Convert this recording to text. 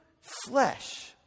flesh